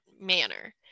manner